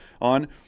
on